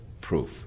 proof